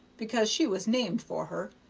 because she was named for her,